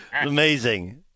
Amazing